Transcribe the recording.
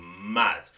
mad